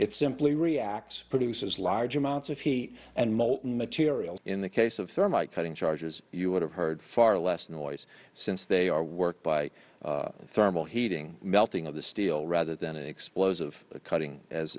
it simply reacts produces large amounts of heat and molten material in the case of thermite cutting charges you would have heard far less noise since they are work by thermal heating melting of the steel rather than explosive cutting as